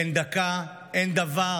אין דקה,